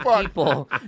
people